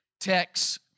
text